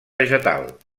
vegetal